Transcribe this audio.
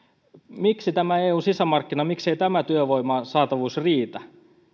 miksei tämä eun sisämarkkina miksei tämä työvoiman saatavuus riitä